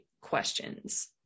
questions